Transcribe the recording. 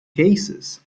cases